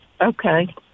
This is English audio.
Okay